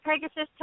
Pegasus